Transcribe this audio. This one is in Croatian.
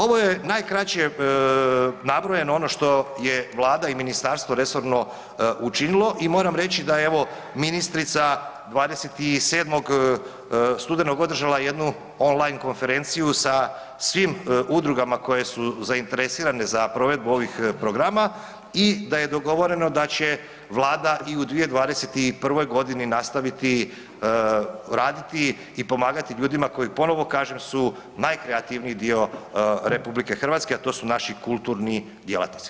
Ovo je najkraće nabrojeno ono što je vlada i ministarstvo resorno učinilo i moram reći da je evo ministrica 27. studenog održala jednu on line konferenciju sa svim udrugama koje su zainteresirane za provedbu ovih programa i da je dogovoreno da će vlada i u 2021.g. nastaviti raditi i pomagati ljudima koji, ponovo kažem, su najkreativniji dio RH, a to su naši kulturni djelatnici.